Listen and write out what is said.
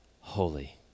holy